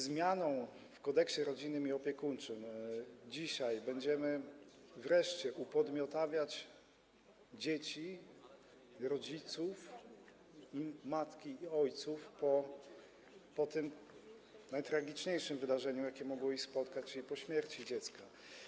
Zmianą w Kodeksie rodzinnym i opiekuńczym dzisiaj będziemy wreszcie upodmiotawiać dzieci, rodziców, matki i ojców po tym najtragiczniejszym wydarzeniu, jakie mogło ich spotkać, czyli po śmierci dziecka.